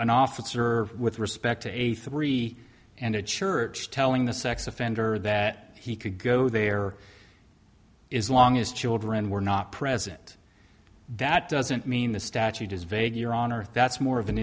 an officer with respect to a three and a church telling the sex offender that he could go there is long as children were not present that doesn't mean the statute is vague year on earth that's more of an